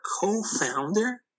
co-founder